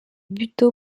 buteau